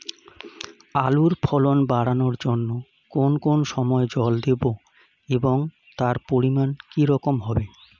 আলুর ফলন বাড়ানোর জন্য কোন কোন সময় জল দেব এবং তার পরিমান কি রকম হবে?